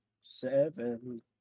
Seven